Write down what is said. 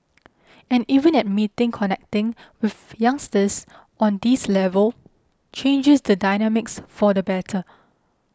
and even admitting connecting with youngsters on this level changes the dynamics for the better